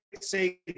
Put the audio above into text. say